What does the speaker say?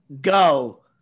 go